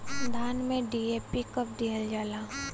धान में डी.ए.पी कब दिहल जाला?